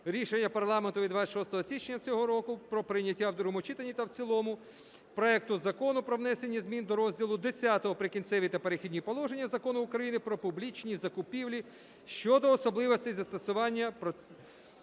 рішення парламенту від 26 січня цього року про прийняття в другому читанні та в цілому проекту Закону про внесення змін до розділу Х "Прикінцеві та перехідні положення" Закону України "Про публічні закупівлі" щодо особливостей застосування переговорної